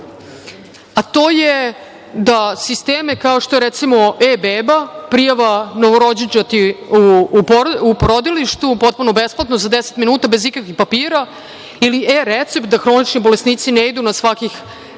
a to je da sisteme kao što je, recimo, „E-beba“, prijava novorođenčadi u porodilištu, potpuno besplatno, za 10 minuta, bez ikakvih papira ili „E-recept“, da hronični bolesnici ne idu na svakih tri